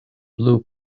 blue